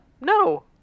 No